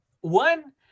one